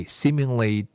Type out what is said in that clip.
seemingly